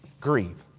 grieve